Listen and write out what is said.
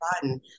fun